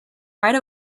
right